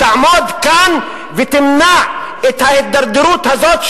תעמוד כאן ותמנע את ההידרדרות הזאת,